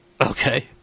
Okay